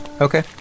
Okay